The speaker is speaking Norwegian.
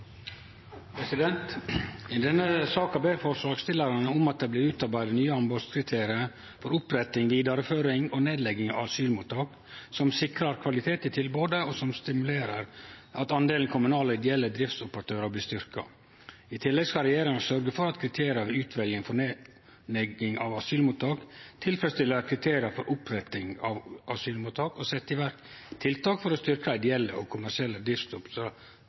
I denne saka ber forslagsstillarane om at det blir utarbeidt nye anbodskriterium for oppretting, vidareføring og nedlegging av asylmottak, som sikrar kvalitet i tilbodet, og som stimulerer til at talet på dei kommunale og ideelle driftsoperatørane blir styrkt. I tillegg skal regjeringa sørgje for at kriteria ved utveljinga for nedlegging av asylmottak tilfredsstiller kriteria for opprettinga av asylmottak, og setje i verk tiltak for å styrkje dei ideelle og